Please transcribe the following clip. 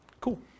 Cool